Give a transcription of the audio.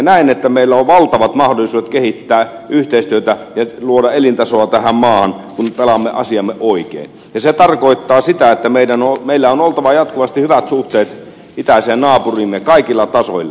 näen että meillä on valtavat mahdollisuudet kehittää yhteistyötä ja luoda elintasoa tähän maahan kun pelaamme asiamme oikein ja se tarkoittaa sitä että meillä on oltava jatkuvasti hyvät suhteet itäiseen naapuriimme kaikilla tasoilla